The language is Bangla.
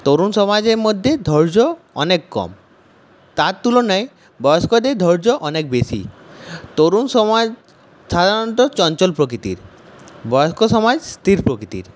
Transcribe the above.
তরুণ সমাজের মধ্যে ধৈর্য অনেক কম তার তুলনায় বয়স্কদের ধৈর্য অনেক বেশি তরুণ সমাজ সাধারণত চঞ্চল প্রকৃতির বয়স্ক সমাজ স্থির প্রকৃতির